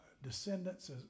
descendants